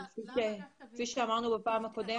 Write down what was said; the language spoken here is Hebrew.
כפי שאמרנו בפעם הקודמת,